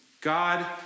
God